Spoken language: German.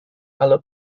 alle